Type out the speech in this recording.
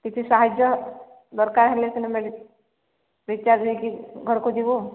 କିଛି ସାହାଯ୍ୟ ଦରକାର ହେଲେ ସିନା ମେଡିସିନ୍ ହୋଇକି ଘରକୁ ଯିବୁ